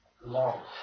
long